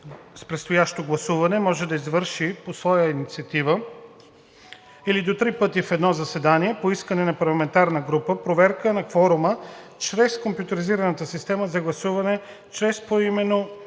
с предстоящо гласуване, може да извърши по своя инициатива или до три пъти в едно заседание по искане на парламентарна група проверка на кворума чрез компютризираната система за гласуване, чрез поименно